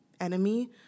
enemy